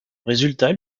résultat